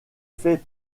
fait